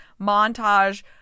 montage